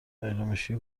مشکی